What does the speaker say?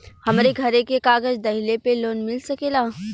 हमरे घरे के कागज दहिले पे लोन मिल सकेला?